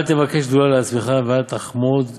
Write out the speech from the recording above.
אל תבקש גדולה לעצמך, ואל תחמוד כבוד,